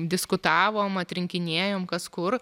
diskutavom atrinkinėjom kas kur